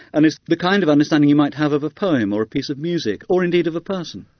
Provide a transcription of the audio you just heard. and it's the kind of understanding you might have of a poem or a piece of music, or indeed of a person.